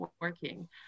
working